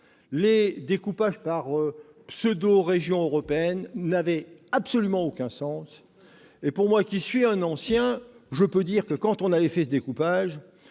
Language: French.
Les découpages par pseudo-régions européennes n'avaient absolument aucun sens. Pour moi qui suis un ancien, je peux dire que, l'objet de ces découpages,